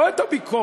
לא את הביקורת.